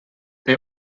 they